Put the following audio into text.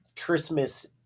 christmas